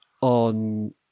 on